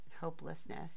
hopelessness